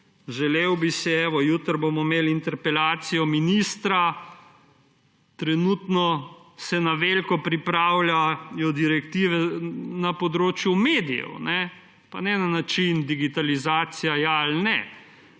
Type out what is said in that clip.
Bruslju. Evo, jutri bomo imeli interpelacijo ministra, trenutno se na veliko pripravljajo direktive na področju medijev, pa ne na način digitalizacija ja ali ne,